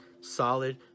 solid